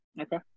Okay